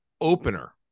opener